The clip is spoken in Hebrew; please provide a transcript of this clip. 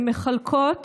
הן מחלקות